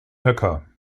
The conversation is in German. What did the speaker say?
höcker